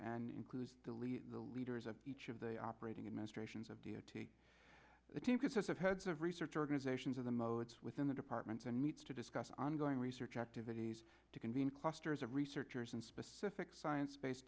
and includes delete the leaders of each of the operating administrations of deity the team consists of heads of research organizations of the modes within the departments and meets to discuss ongoing research activities to convene clusters of researchers and specific science based